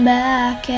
back